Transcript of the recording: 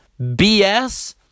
BS